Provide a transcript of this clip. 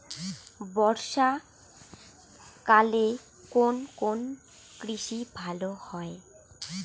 বর্ষা কালে কোন কোন কৃষি ভালো হয়?